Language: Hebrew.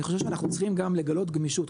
אני חושב שאנחנו צריכים גם לגלות גמישות,